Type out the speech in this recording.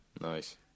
nice